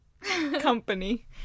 Company